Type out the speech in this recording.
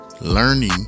learning